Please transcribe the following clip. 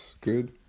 good